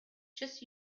just